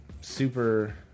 super